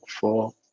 four